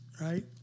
right